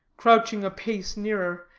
crouching a pace nearer,